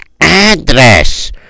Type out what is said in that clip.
address